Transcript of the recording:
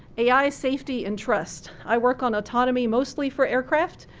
ai, safety, and trust. i work on autonomy mostly for aircraft,